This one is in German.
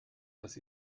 dass